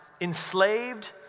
enslaved